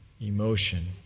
emotion